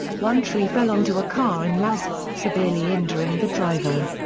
one tree fell onto a car in louth, severely injuring the driver.